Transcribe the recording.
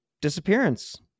disappearance